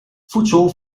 voedsel